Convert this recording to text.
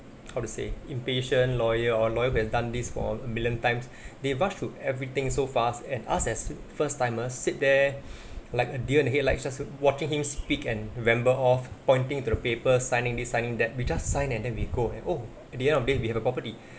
how to say impatient lawyer or lawyer who has done this for million times they rushed to everything so fast and asked as first timers sit there like a deer in headlights just watching him speak and remember of pointing to the paper signing this signing that we just sign and then we go and oh at the end of the day we have a property